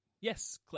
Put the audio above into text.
Yes